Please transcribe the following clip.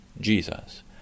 Jesus